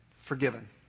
forgiven